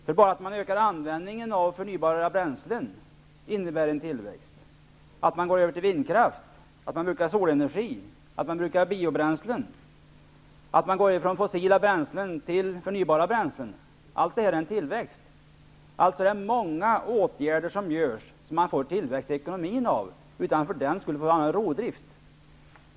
Bara det att man ökar användningen av förnybara bränslen innebär en tillväxt, likaså att man går över till vindkraft, brukar solenergi och biobränslen, går från fossila bränslen till förnybara bränslen. Det finns alltså många åtgärder som innebär ekonomisk tillväxt utan att det för den skull är fråga om rovdrift.